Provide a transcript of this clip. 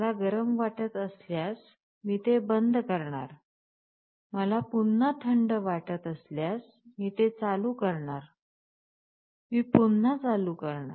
मला गरम वाटत असल्यास मी ते बंद करणार मला पुन्हा थंड वाटत असल्यास मी ते चालू करणार मी पुन्हा चालू करणार